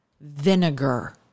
vinegar